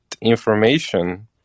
information